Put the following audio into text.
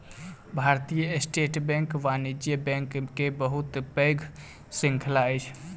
भारतीय state bank वाणिज्य bank के बहुत पैघ श्रृंखला अछि